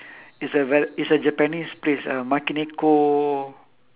it's a ver~ it's a japanese place uh manekineko